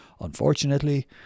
Unfortunately